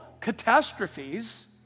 catastrophes